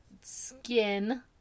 skin